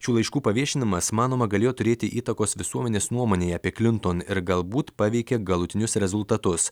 šių laiškų paviešinimas manoma galėjo turėti įtakos visuomenės nuomonei apie klinton ir galbūt paveikė galutinius rezultatus